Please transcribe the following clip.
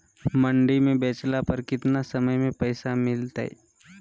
मंडी में बेचला पर कितना समय में पैसा मिलतैय?